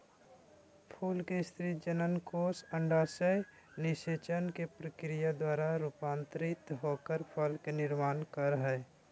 फूल के स्त्री जननकोष अंडाशय निषेचन के प्रक्रिया द्वारा रूपांतरित होकर फल के निर्माण कर हई